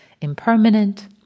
impermanent